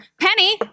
Penny